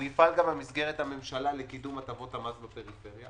הוא יפעל גם במסגרת הממשלה לקידום הטבות המס בפריפריה.